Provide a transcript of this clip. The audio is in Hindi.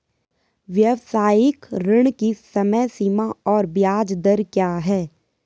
व्यावसायिक ऋण की समय सीमा और ब्याज दर क्या है?